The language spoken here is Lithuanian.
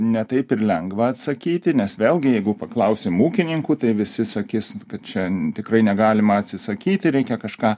ne taip ir lengva atsakyti nes vėlgi jeigu paklausim ūkininkų tai visi sakys kad čia tikrai negalima atsisakyti reikia kažką